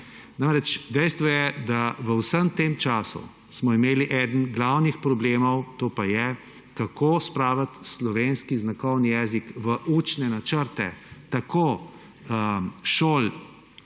Namreč, dejstvo je, da v vsem tem času smo imeli enega glavnih problemov, to pa je, kako spraviti slovenski znakovni jezik v učne načrte tako šol,